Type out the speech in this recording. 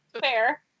Fair